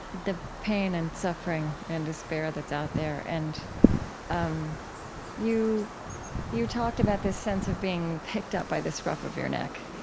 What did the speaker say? the pain and suffering and despair that's out there. and um you you talked about the sense of being picked up by the scruff of your neck.